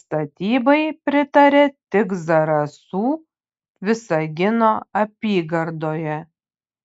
statybai pritarė tik zarasų visagino apygardoje